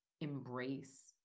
embrace